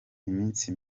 iminsi